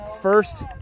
First